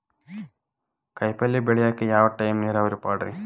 ಕಾಯಿಪಲ್ಯ ಬೆಳಿಯಾಕ ಯಾವ ಟೈಪ್ ನೇರಾವರಿ ಪಾಡ್ರೇ?